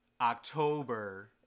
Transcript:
October